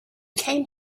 came